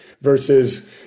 versus